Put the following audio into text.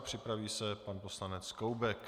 Připraví se pan poslanec Koubek.